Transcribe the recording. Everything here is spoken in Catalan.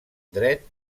dret